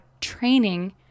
training